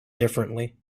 differently